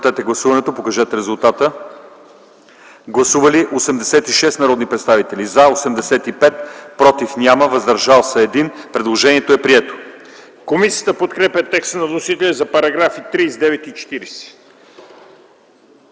Комисията подкрепя текста на вносителя за параграфи 39 и 40.